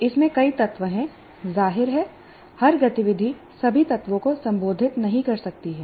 इसमें कई तत्व हैं जाहिर है हर गतिविधि सभी तत्वों को संबोधित नहीं कर सकती है